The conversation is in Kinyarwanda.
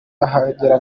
ahagera